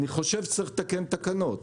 אני חושב שצריך לתקן תקנות.